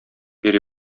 йөри